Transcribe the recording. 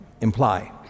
imply